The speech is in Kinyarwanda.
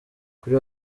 kuri